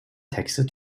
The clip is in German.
texte